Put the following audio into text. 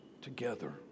together